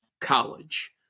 college